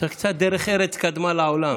צריך קצת לפעול לפי דרך ארץ קדמה לעולם.